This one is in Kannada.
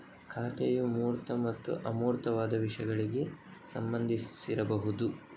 ಖಾತೆಯು ಮೂರ್ತ ಮತ್ತು ಅಮೂರ್ತವಾದ ವಿಷಯಗಳಿಗೆ ಸಂಬಂಧಿಸಿರಬಹುದು